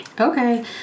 Okay